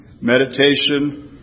meditation